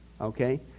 okay